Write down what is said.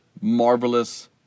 marvelous